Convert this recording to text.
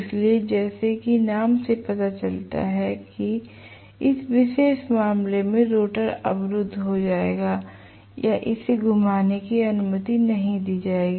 इसलिए जैसा कि नाम से पता चलता है कि इस विशेष मामले में रोटर अवरुद्ध हो जाएगा या इसे घुमाने की अनुमति नहीं दी जाएगी